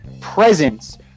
presence